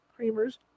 creamers